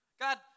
God